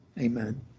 Amen